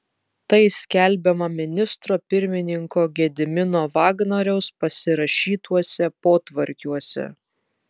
tai skelbiama ministro pirmininko gedimino vagnoriaus pasirašytuose potvarkiuose